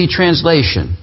translation